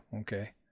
Okay